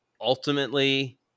ultimately